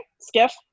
Skiff